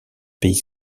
pays